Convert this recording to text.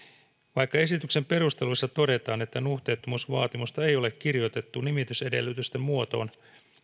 vaikka esityksen perusteluissa todetaan että nuhteettomuusvaatimusta ei ole kirjoitettu nimitysedellytysten muotoon